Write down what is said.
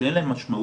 רצית להתייחס.